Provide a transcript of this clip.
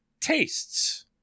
tastes